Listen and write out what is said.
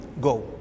go